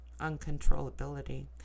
uncontrollability